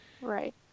Right